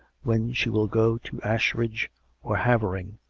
when she will go to ashridge or havering.